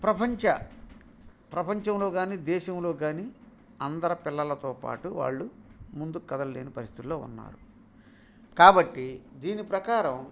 ప్రపంచ ప్రపంచంలో కానీ దేశంలో కానీ అందరి పిల్లలతో పాటు వాళ్ళు ముందు కదల్లేని పరిస్థితిలో ఉన్నారు కాబట్టి దీని ప్రకారం